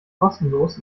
kostenlos